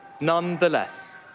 nonetheless